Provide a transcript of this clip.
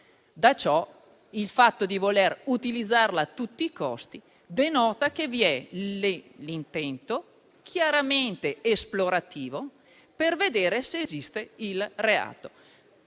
Da ciò, il fatto di volerla utilizzare a tutti i costi denota un intento chiaramente esplorativo per vedere se esista il reato.